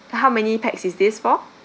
how many pax is this for